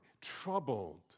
troubled